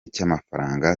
cy’amafaranga